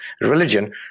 religion